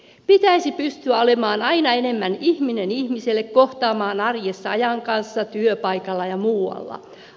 pitäisi pystyä olemaan aina enemmän ihminen ihmiselle kohtaamaan arjessa ajan kanssa työpaikalla ja muualla